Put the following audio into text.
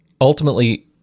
ultimately